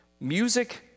Music